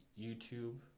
YouTube